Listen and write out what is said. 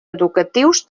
educatius